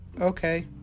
Okay